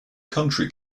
country